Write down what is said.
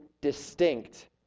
distinct